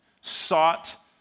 sought